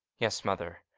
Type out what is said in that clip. yes, mother,